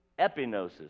epinosis